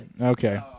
Okay